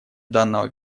данного